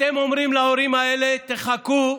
אתם אומרים להורים האלה: תחכו